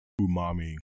umami